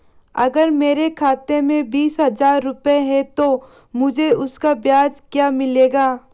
अगर मेरे खाते में बीस हज़ार रुपये हैं तो मुझे उसका ब्याज क्या मिलेगा?